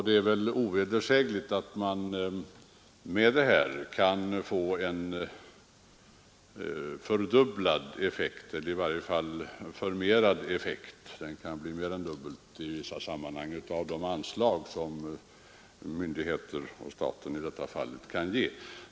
Det är ovedersägligt att man på detta sätt kan få en dubblerad eller förmerad effekt — den kan bli mer än dubbelt så stor i vissa sammanhang — av de anslag som myndigheterna och staten kan ge.